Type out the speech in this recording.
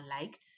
liked